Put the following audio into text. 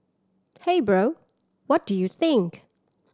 hey bro what do you think